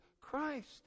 Christ